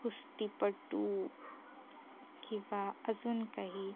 कुस्तीपटू किंवा अजून काही